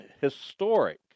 historic